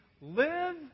live